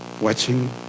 watching